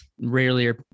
Rarely